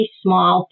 small